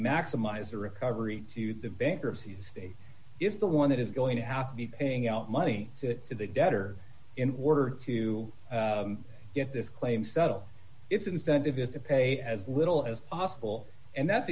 maximize the recovery to the bankruptcy state it's the one that is going to have to be paying out money to the debtor in order to get this claim settle it's incentive is to pay as little as possible and that's